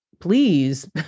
please